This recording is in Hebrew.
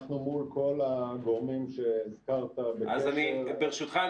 אנחנו בקשר מול כל הגורמים שהזכרת --- אז ברשותך,